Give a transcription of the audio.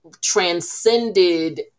transcended